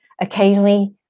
occasionally